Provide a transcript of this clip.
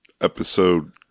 episode